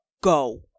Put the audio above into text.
Go